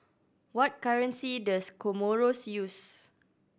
what currency does Comoros use